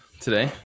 today